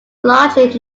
largely